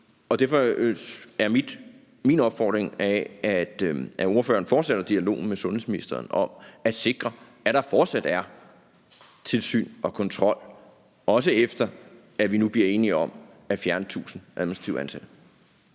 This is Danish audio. Derfor er min opfordring, at ordføreren fortsætter dialogen med sundhedsministeren om at sikre, at der fortsat er tilsyn og kontrol, også efter at vi nu bliver enige om at fjerne 1.000 administrativt ansatte.